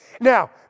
Now